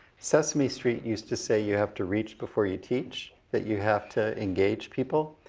sesame street used to say you have to reach before you teach, that you have to engage people.